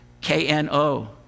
K-N-O